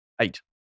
Eight